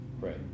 Right